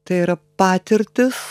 tai yra patirtys